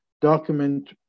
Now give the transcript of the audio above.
document